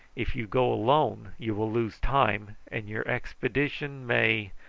if you go alone you will lose time, and your expedition may